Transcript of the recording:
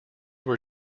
were